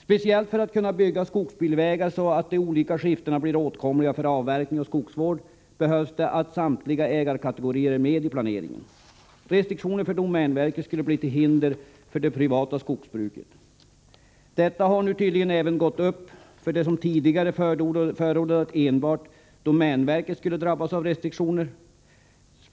Speciellt för att kunna bygga skogsbilvägar så att de olika skiftena blir åtkomliga för avverkning och skogsvård krävs det att samtliga ägarkategorier är med i planeringen. Restriktioner för domänverket skulle bli till hinder även för det privata skogsbruket. Detta har nu tydligen gått upp även för dem som tidigare förordade att enbart domänverket skulle drabbas av restriktioner.